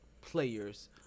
players